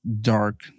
dark